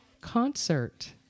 concert